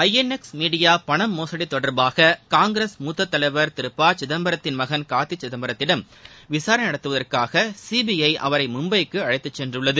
INX media பண மோசடி தொடர்பாக காங்கிரஸ் மூத்த தலைவர் திரு ப சிதம்பரத்தின் மகன் கார்த்தி சிதம்பரத்திடம் விசாரணை நடத்துவதற்காக சிபிஐ அவரை மும்பைக்கு அழைத்துச் சென்றுள்ளது